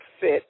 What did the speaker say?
fit